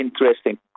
interesting